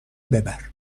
ببر